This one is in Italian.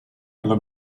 alla